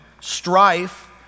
Strife